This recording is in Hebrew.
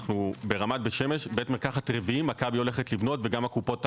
ברמת בית שמש בית מרקחת רביעי מכבי הולכת לבנות וגם הקופות האחרות.